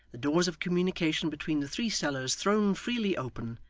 the doors of communication between the three cellars thrown freely open,